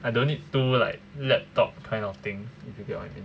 I don't need two like laptop kind of thing